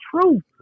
truth